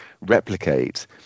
replicate